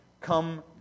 come